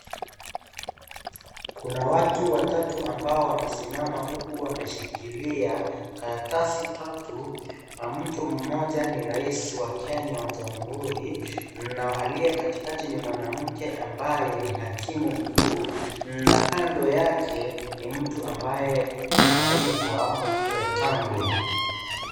Kuna watu watatu ambao wamesimama huku wameshikilia karatasi tatu, mtu mmoja ni rais wa Kenya wa Jamhuri na aliye katikati ni mwanamke ambaye ni hakimu mkuu, na kando yake ni mtu ambaye anaitwa, Wetangula.